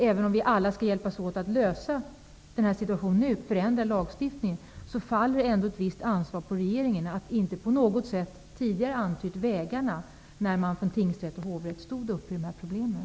Även om vi alla skall hjälpas åt att lösa nuvarande situation, att förändra lagstiftningen, faller ändå ett visst ansvar på regeringen för att den inte tidigare på något sätt har antytt vägarna när dessa problem uppstod för tingsrätt och hovrätt.